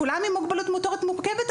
כולם עם מוגבלות מוטורית מורכבת,